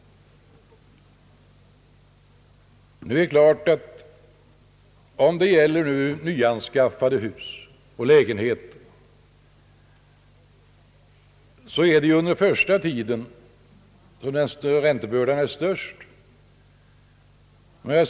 Det är under den första tiden som räntebördan är störst, det vill säga när fastigheterna är nyanskaffade.